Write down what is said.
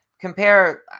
compare